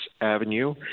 Avenue